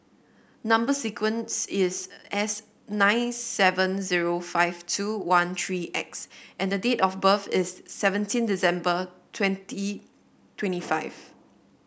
number sequence is S nine seven zero five two one three X and date of birth is seventeen December twenty twenty five